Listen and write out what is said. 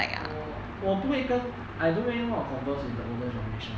我我不会跟 I don't really know how to converse with the older generation